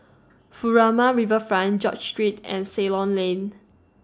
Furama Riverfront George Street and Ceylon Lane